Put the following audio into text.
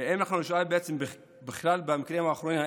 ואם אנחנו נשאל בכלל במקרים האחרונים אם